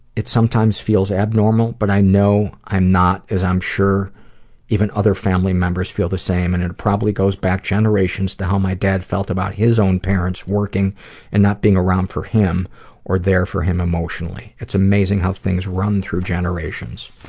it sometimes feels abnormal but i know i'm not as i'm sure even other family members feel the same and it probably goes back generations to how my dad felt about his own parents working and not being around for him or there for him emotionally. it's amazing how things run through generations.